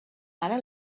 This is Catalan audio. ara